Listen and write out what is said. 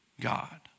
God